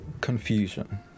Confusion